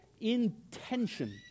intention